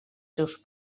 seus